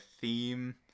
theme